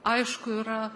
aišku yra